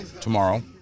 tomorrow